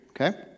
okay